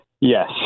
yes